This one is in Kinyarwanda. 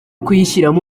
kuyishyiramo